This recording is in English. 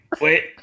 wait